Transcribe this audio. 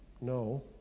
no